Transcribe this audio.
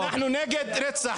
אנחנו נגד רצח.